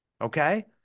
okay